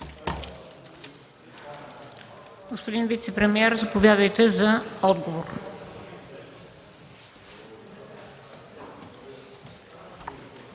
Господин вицепремиер, заповядайте за отговор.